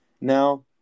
Now